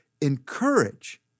encourage